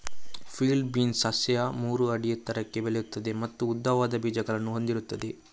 field beans ಸಸ್ಯ ಮೂರು ಅಡಿ ಎತ್ತರಕ್ಕೆ ಬೆಳೆಯುತ್ತದೆ ಮತ್ತು ಉದ್ದವಾದ ಬೀಜಗಳನ್ನು ಹೊಂದಿರುತ್ತದೆ